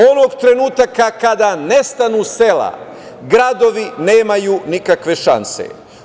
Onog trenutka kada nestanu sela, gradovi nemaju nikakve šanse.